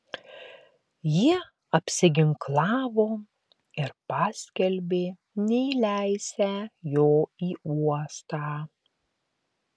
jie apsiginklavo ir paskelbė neįleisią jo į uostą